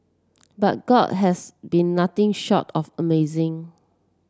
but God has been nothing short of amazing